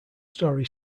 story